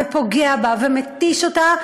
ופוגע בה ומתיש אותה,